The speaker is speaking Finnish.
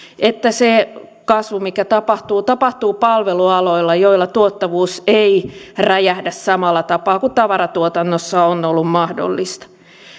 että se kasvu mikä tapahtuu tapahtuu palvelualoilla joilla tuottavuus ei räjähdä samalla tapaa kuin tavaratuotannossa on ollut mahdollista